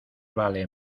vale